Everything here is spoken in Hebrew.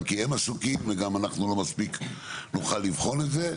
גם כי הם עסוקים וגם אנחנו לא מספיק נוכל לבחון את זה,